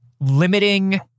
limiting